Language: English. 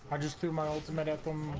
just two miles and and